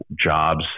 jobs